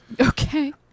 Okay